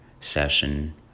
session